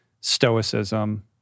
Stoicism